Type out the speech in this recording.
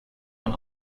man